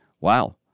wow